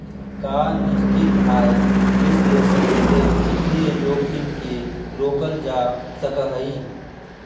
का निश्चित आय विश्लेषण से वित्तीय जोखिम के रोकल जा सकऽ हइ?